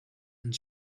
and